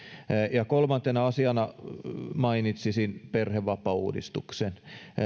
ja kolmantena asiana mainitsisin perhevapaauudistuksen